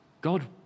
God